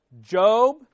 Job